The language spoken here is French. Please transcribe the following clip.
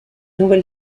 nouvelle